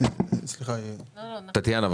טטיאנה,